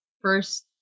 first